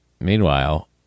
Meanwhile